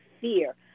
fear